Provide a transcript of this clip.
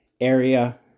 area